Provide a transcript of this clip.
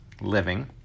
Living